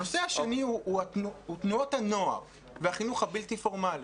הנושא השני הוא תנועות הנוער והחינוך הבלתי פורמלי,